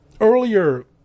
Earlier